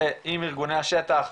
עם ארגוני השטח,